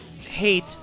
hate